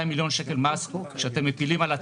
מיליון שקל מס שאתם מטילים על התעשייה.